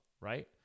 Right